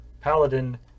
paladin